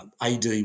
ad